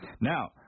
Now